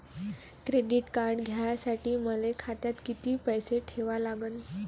Credit card घ्यासाठी मले खात्यात किती पैसे ठेवा लागन?